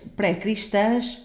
pré-cristãs